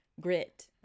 grit